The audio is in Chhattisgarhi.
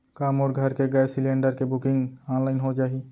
का मोर घर के गैस सिलेंडर के बुकिंग ऑनलाइन हो जाही?